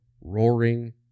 roaring